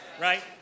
Right